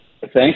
Thanks